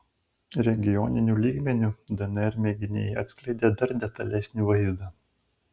regioniniu lygmeniu dnr mėginiai atskleidė dar detalesnį vaizdą